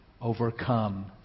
overcome